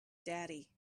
daddy